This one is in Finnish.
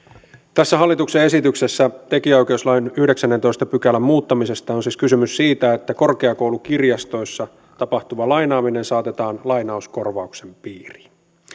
tässä hallituksen esityksessä tekijänoikeuslain yhdeksännentoista pykälän muuttamisesta on siis kysymys siitä että korkeakoulukirjastoissa tapahtuva lainaaminen saatetaan lainauskorvauksen piiriin